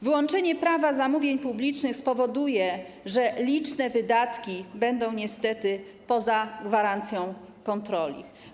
Wyłączenie Prawa zamówień publicznych spowoduje, że liczne wydatki będą niestety poza gwarancją kontroli.